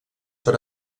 per